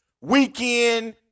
weekend